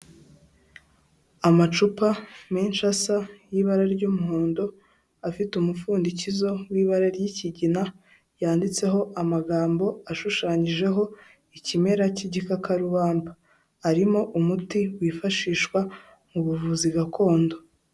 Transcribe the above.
Amacupa menshi asa y'ibara ry'umuhondo afite umupfundikizo w'ibara ry'ikigina yanditseho amagambo ashushanyijeho ikimera cy'igikakarubamba, arimo umuti wifashishwa mu buvuzi gakondo.